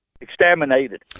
exterminated